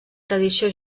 tradició